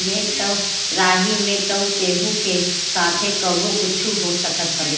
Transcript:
राही में तअ केहू के साथे कबो कुछु हो सकत हवे